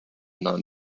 non